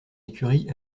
écurie